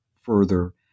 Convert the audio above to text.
further